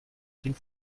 ding